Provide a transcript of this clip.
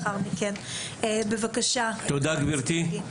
תודה גברתי.